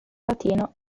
latino